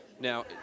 Now